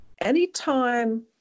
anytime